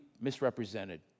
misrepresented